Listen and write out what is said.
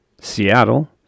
Seattle